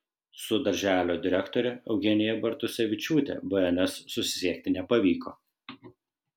su darželio direktore eugenija bartusevičiūtė bns susisiekti nepavyko